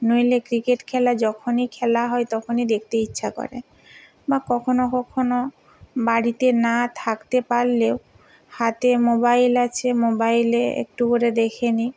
নইলে ক্রিকেট খেলা যখই খেলা হয় তখনই দেখতে ইচ্ছা করে বা কখনও কখনও বাড়িতে না থাকতে পারলেও হাতে মোবাইল আছে মোবাইলে একটু করে দেখে নিই